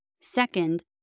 Second